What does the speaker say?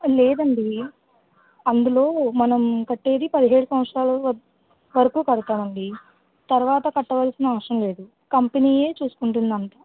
లేదండి అందులో మనం కట్టేది పదిహేడు సంవత్సరాలు వరకు కడతామండీ తరువాత కట్టవలసిన అవసరంలేదు కంపెనీయే చూసుకుంటుంది అంతా